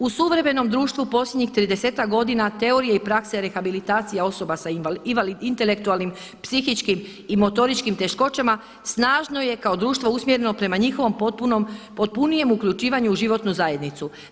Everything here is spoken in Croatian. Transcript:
U suvremenom društvu posljednjim 30-ak godina teorije i prakse rehabilitacija osoba sa intelektualnim psihičkim i motoričkim teškoćama snažno je kao društvo usmjereno prema njihovom potpunijem uključivanju u životnu zajednicu.